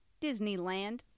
Disneyland